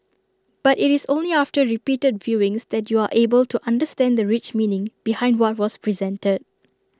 but IT is only after repeated viewings that you are able to understand the rich meaning behind what was presented